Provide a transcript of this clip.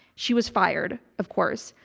she was fired. of course,